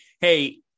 Hey